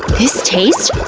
this taste,